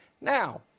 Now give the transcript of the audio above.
Now